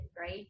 right